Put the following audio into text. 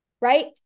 right